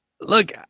Look